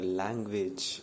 language